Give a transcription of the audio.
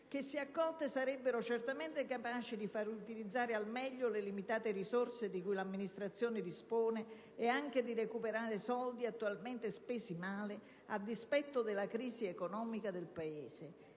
che, se accolte, sarebbero certamente capaci di far utilizzare al meglio le limitate risorse di cui l'amministrazione dispone e anche di recuperare soldi attualmente spesi male a dispetto della crisi economica del Paese,